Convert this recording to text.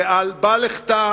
ובל אחטא